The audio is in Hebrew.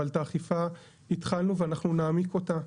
אבל את האכיפה התחלנו ואנחנו נעמיק אותה.